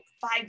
five